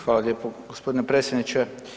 Hvala lijepo gospodine predsjedniče.